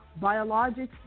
Biologics